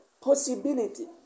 possibility